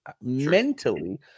mentally